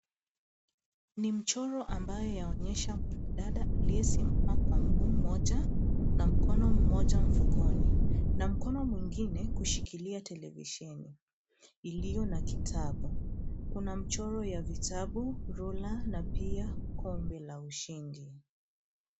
Ni mchoro ambayo yaonyesha mwanadada aliyesimama kwa mguu moja na mkono moja mfukoni na mkono mgine kushikilia televisheni, iliyo na kitabu. Kuna mchoro ya vitabu, rula na pia kombe la ushindi.